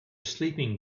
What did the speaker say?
sleeping